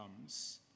comes